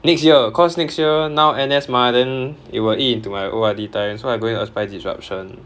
next year cause next year now N_S mah then it will eat into my O_R_D time so I'm going to apply disruption